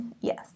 Yes